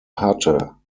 hatte